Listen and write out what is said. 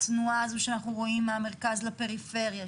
התנועה הזו שאנחנו רואים מהמרכז לפריפריה,